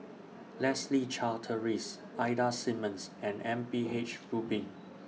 Leslie Charteris Ida Simmons and M P H Rubin